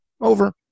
over